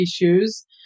issues